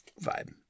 vibe